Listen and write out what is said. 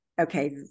okay